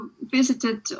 visited